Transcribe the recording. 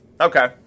Okay